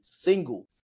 single